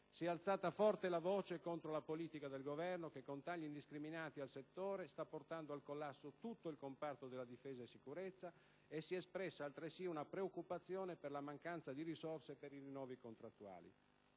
si è alzata forte la voce contro la politica del Governo, che con i tagli indiscriminati al settore sta portando al collasso tutto il comparto della difesa e della sicurezza, e si è espressa altresì una preoccupazione per la mancanza di risorse per i rinnovi contrattuali.